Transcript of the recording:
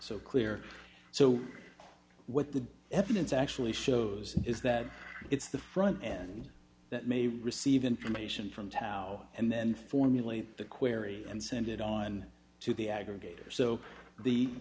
so clear so what the evidence actually shows is that it's the front end that may receive information from tao and then formulate the query and send it on to the aggregator so the